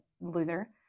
loser